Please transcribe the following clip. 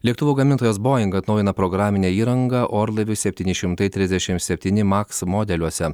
lėktuvų gamintojas boing atnaujina programinę įrangą orlaivių septyni šimtai trisdešim septyni maks modeliuose